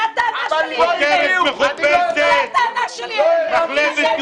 זו הטענה שלי אליכם.